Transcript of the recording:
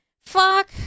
Fuck